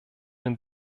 den